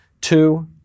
Two